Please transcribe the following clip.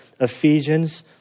Ephesians